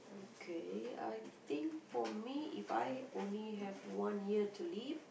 okay I think for me If I only have one year to live